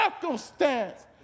circumstance